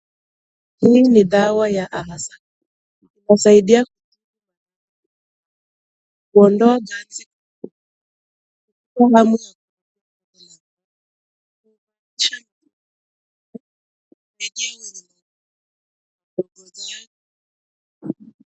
Hii ni dawa ya alsaa inasaidia kuondoa hamu ya kukula husaidia wenye mdomo zao.